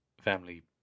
Family